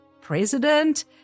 president